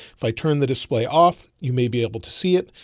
if i turn the display off, you may be able to see it.